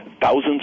thousands